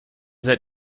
seid